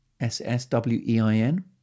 S-S-W-E-I-N